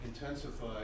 intensify